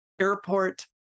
airport